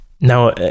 Now